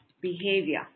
behavior